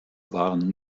waren